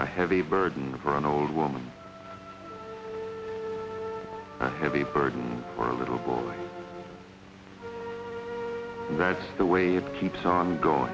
a heavy burden for an old woman heavy burden for a little boy that's the way it keeps on going